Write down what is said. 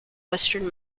western